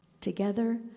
Together